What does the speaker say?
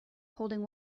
holding